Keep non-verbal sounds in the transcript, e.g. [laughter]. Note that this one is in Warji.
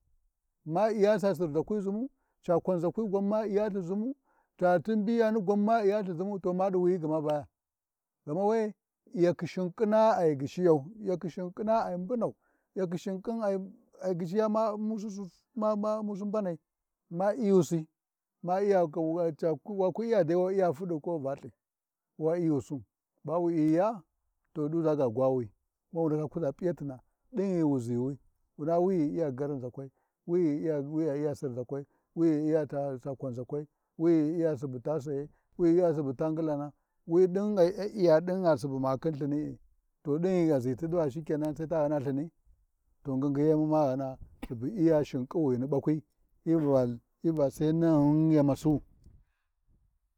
Ma iya ca Sirʒakwi ʒimu, caa kwaʒa kwi gwan ma iyalthu ʒumu, cati mbiyani gwan ma Iyalthu ʒinu, to wiyi gma baya, gma we-e, iyalkhi shinƙina ai gyishiyau, iyakhi shinƙina ai unbunau, Iyakhi Shinƙaina ai gyishiya ma vamusi Suss, ma Ummusi mbanai, ma Iyusi, ma Iya [unintelligible] ca kui makwi waku iya dai wa iya fuɗi ko Valthi, wa Iyusin ba wu iyiya to ɗusa ga gwawi, wu ndaka kuʒa p’iyatina, ɗin ghi we ʒini, wuna wi ai iya garinʒakwai, wi ai iya Sirzakwa, wi ai iya ca kwanʒakwai, ui ai iya Subu taa sayai, ui ai Iya Subu taa ngilama wi ɗin ai aiya ɗin Subu makhin Lthini’i ɗui ghi a ʒiti shikenan ɗiva sai ta ghani Lthini, to ngingiyemu ma ghana subu Iya shinƙin ɓakwi, hyi Va, hyi va Sai naghin yamasu.